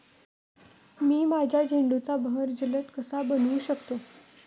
मी माझ्या झेंडूचा बहर जलद कसा बनवू शकतो?